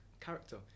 character